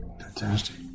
Fantastic